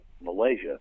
Malaysia